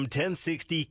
1060